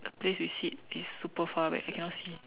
the place we sit it's super far back I cannot see